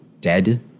dead